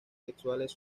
sexuales